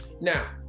now